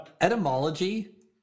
Etymology